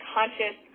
Conscious